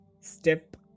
step